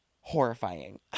horrifying